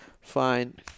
fine